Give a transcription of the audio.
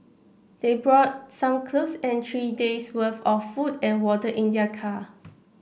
they brought some clothes and three days' worth of food and water in their car